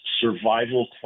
survival